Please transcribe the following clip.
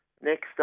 next